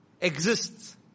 exists